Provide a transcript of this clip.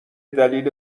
دلیل